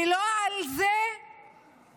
ולא על זה שהכאב